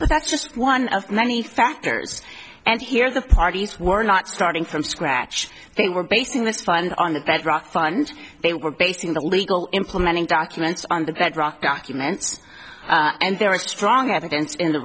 but that's just one of many factors and here the parties were not starting from scratch they were basing this fund on the bedrock fund they were basing the legal implementing documents on the bedrock documents and there was strong evidence in the